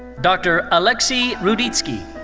dr. alexy ruditsky.